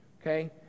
Okay